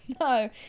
No